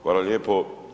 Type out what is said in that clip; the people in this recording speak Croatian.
Hvala lijepo.